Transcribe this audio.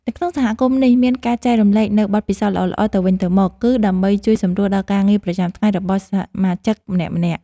នៅក្នុងសហគមន៍នេះមានការចែករំលែកនូវបទពិសោធន៍ល្អៗទៅវិញទៅមក គឺដើម្បីជួយសម្រួលដល់ការងារប្រចាំថ្ងៃរបស់សមាជិកម្នាក់ៗ។